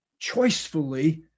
choicefully